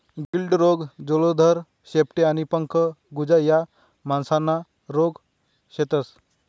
गिल्ड रोग, जलोदर, शेपटी आणि पंख कुजा या मासासना रोग शेतस